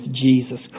Jesus